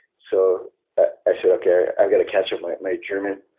so i said okay, i've got to catch up my my german.